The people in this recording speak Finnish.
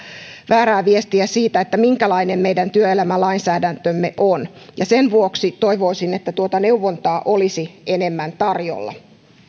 väärää viestiä siitä minkälainen meidän työelämälainsäädäntömme on sen vuoksi toivoisin että tuota neuvontaa olisi enemmän tarjolla